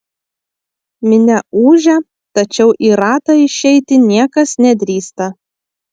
minia ūžia tačiau į ratą išeiti niekas nedrįsta